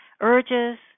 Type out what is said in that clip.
urges